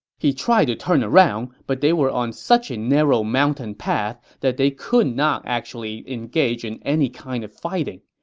he tried to turn around, but they were on such a narrow mountain path that they could not actually engage in any kind of fighting.